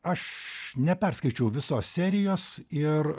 aš neperskaičiau visos serijos ir